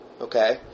okay